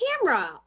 camera